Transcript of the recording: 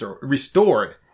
restored